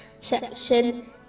section